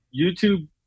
YouTube